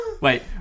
Wait